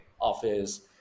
office